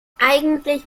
eigentlich